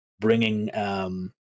bringing